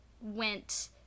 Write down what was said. went